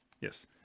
Yes